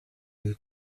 you